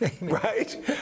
right